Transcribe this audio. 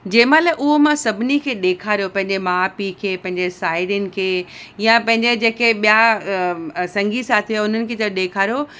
जेमहिल उहो मां सभिनी खे ॾेखारियो पंहिंजे माउ पीउ खे पंहिंजे साहिरियुनि खे या पंहिंजा जेका ॿियां संगी साथी हुननि खे जब ॾेखारियो